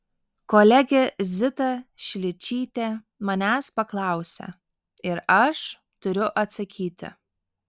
kolegė zita šličytė manęs paklausė ir aš turiu atsakyti